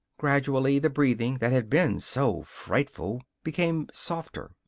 gradually the breathing that had been so frightful became softer,